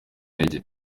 intege